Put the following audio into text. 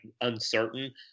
uncertain